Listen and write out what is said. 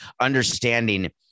understanding